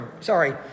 Sorry